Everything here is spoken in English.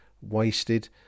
wasted